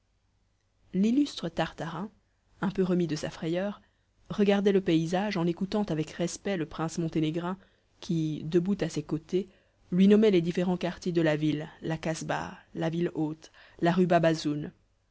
l'illustre tartarin un peu remis de sa frayeur regardait le paysage en écoutant avec respect le prince monténégrin qui debout à ses côtes lui nommait les différents quartiers de la ville la casbah la ville haute la rue